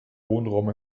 wohnraum